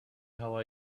how